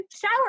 shower